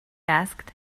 asked